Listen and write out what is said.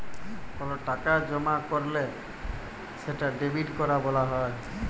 call টাকা জমা ক্যরলে সেটা ডেবিট ক্যরা ব্যলা হ্যয়